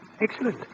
Excellent